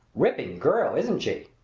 ripping girl, isn't she?